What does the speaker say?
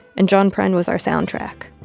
and john prine was our soundtrack.